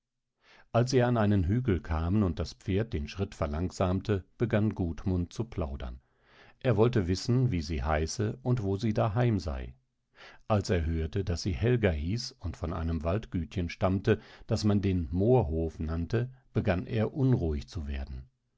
als sie an einen hügel kamen und das pferd den schritt verlangsamte begann gudmund zu plaudern er wollte wissen wie sie heiße und wo sie daheim sei als er hörte daß sie helga hieß und von einem waldgütchen stammte das man den moorhof nannte begann er unruhig zu werden